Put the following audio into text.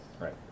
right